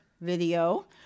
video